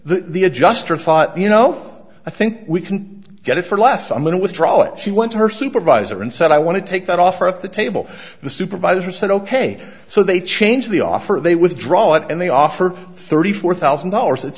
the adjuster thought you know i think we can get it for less i'm going to withdraw it she went to her supervisor and said i want to take that offer at the table the supervisor said ok so they changed the offer they withdraw it and they offered thirty four thousand dollars it's